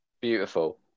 beautiful